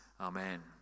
Amen